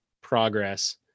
progress